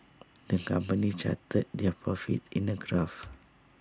the company charted their profits in A graph